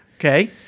Okay